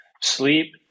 sleep